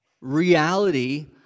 reality